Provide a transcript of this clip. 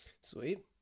Sweet